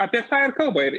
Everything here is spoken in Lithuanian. apie ką ir kalba ir